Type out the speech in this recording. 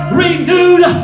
renewed